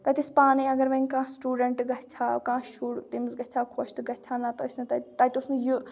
تَتہِ ٲسۍ پانَے اگر وۄنۍ کانٛہہ سٹوٗڈنٛٹ گژھِ ہا کانٛہہ شُر تٔمِس گژھِ ہا خۄش تہٕ گژھِ ہا نَتہٕ ٲسۍ نہٕ تَتہِ تَتہِ اوس نہٕ یہِ